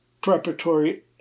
preparatory